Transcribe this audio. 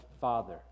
Father